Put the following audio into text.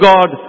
God